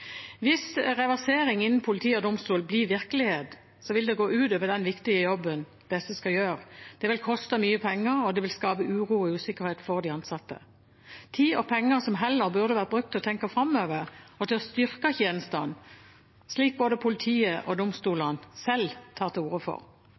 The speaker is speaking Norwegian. Hvis reversering innen politi og domstol blir virkelighet, vil det gå ut over den viktige jobben disse skal gjøre, koste mye penger og skape uro og usikkerhet for de ansatte – tid og penger som heller burde vært brukt til å tenke framover og styrke tjenestene, slik både politiet og